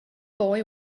boy